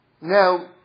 Now